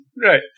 Right